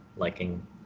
liking